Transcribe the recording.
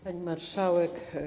Pani Marszałek!